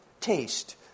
taste